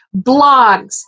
blogs